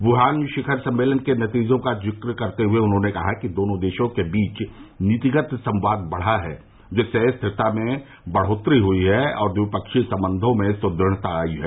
Wuhan शिखर सम्मेलन के नतीजों का जिक्र करते हुए उन्होंने कहा कि दोनों देशों के बीच नीतिगत संवाद बढ़ा है जिससे स्थिरता में बढ़ोतरी हुई है और ट्विपक्षीय संबंधों में सुदृढ़ता आई है